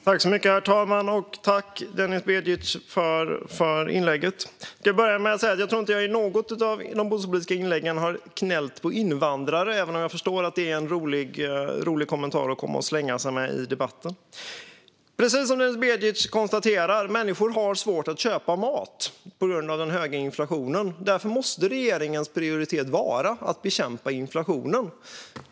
Herr talman! Jag tackar Denis Begic för inlägget. Jag tror inte att jag i något av de bostadspolitiska inläggen har gnällt på invandrare, även om jag förstår att det är en rolig kommentar att slänga in i debatten. Precis som Denis Begic konstaterar har människor svårt att köpa mat på grund av den höga inflationen. Därför måste regeringens prioritet vara att bekämpa inflationen.